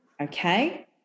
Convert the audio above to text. okay